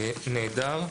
"נעדר"